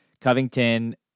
Covington